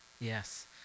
Yes